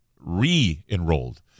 re-enrolled